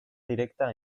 directa